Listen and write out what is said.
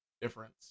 difference